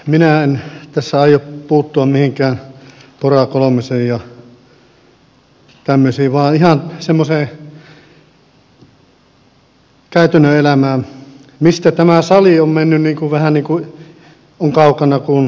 minä en tässä aio puuttua mihinkään pora kolmoseen ja tämmöisiin vaan ihan semmoiseen käytännön elämään mistä tämä sali on yhtä kaukana kuin itä on lännestä